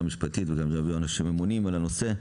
המשפטית וגם לאלה שאמונים על נושא.